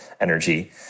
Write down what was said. energy